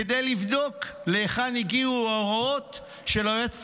כדי לבדוק להיכן הגיעו ההוראות של היועצת